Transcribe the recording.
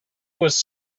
was